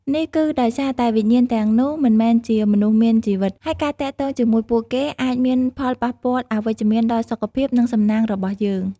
នេះគឺដោយសារតែវិញ្ញាណទាំងនោះមិនមែនជាមនុស្សមានជីវិត ហើយការទាក់ទងជាមួយពួកគេអាចមានផលប៉ះពាល់អវិជ្ជមានដល់សុខភាព និងសំណាងរបស់យើង ។